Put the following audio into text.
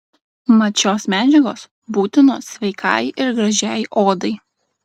mat šios medžiagos būtinos sveikai ir gražiai odai